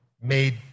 made